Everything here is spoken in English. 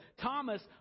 Thomas